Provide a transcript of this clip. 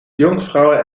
jonkvrouwen